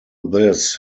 this